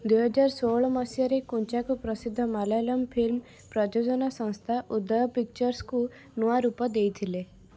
ଦୁଇ ହଜାର ଷୋହଳ ମସିହାରେ କୁଞ୍ଚାକୋ ପ୍ରସିଦ୍ଧ ମାଲୟାଲାମ ଫିଲ୍ମ ପ୍ରଯୋଜନା ସଂସ୍ଥା ଉଦୟ ପିକଚର୍ସକୁ ନୂଆ ରୂପ ଦେଇଥିଲେ